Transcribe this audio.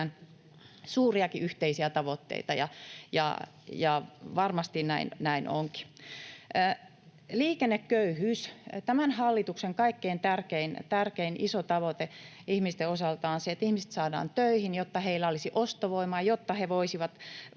suuriakin yhteisiä tavoitteita, ja varmasti näin onkin. Liikenneköyhyys: Tämän hallituksen kaikkein tärkein, iso tavoite ihmisten osalta on se, että ihmiset saadaan töihin, jotta heillä olisi ostovoimaa, jotta he voisivat